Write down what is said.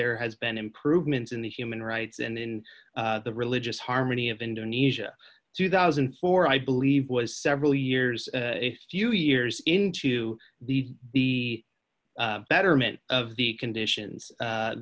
there has been improvements in the human rights and in the religious harmony of indonesia two thousand and four i believe was several years a few years into the the betterment of the conditions